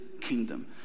kingdom